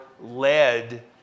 led